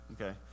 Okay